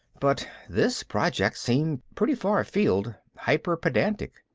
but this project seemed pretty far afield hyper-pedantic.